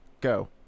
Go